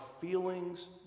feelings